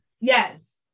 Yes